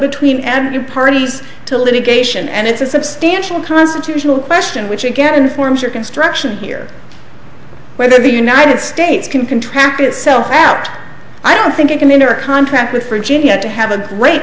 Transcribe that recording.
between the parties to litigation and it's a substantial constitutional question which again informs your construction here whether the united states can contract itself out i don't think it can in her contract with virginia to have a great